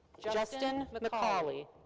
justin macauley.